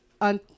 on